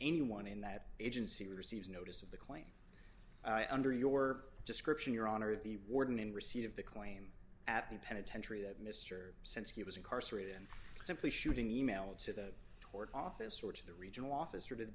anyone in that agency receives notice of the claims under your description your honor the warden in receipt of the claim at the penitentiary that mr since he was incarcerated and simply shooting e mail to the court office sort of the regional officer to